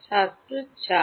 ছাত্র চার